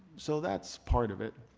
so that's part of it.